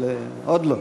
אבל עוד לא,